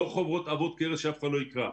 אלה לא חוברות עבות כרס שאף אחד לא יקרא.